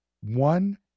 one